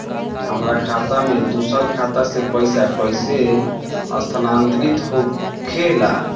हमार खाता में दूसर खाता से पइसा कइसे स्थानांतरित होखे ला?